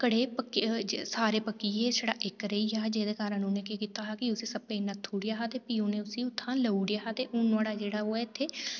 घड़े सारे पक्की गै छड़ा इक्क रेही गेआ ते जेह्दे कारण उ'नें केह् कीता हा कि उस सप्प गी नप्पी ओड़ेआ हा प्ही उ'नें उसी उत्थुआं लेईं ओड़ेआ हा ते हून जेह्ड़ा नुहाड़ा ओह् ऐ इत्थै